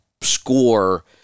score